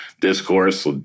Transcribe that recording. discourse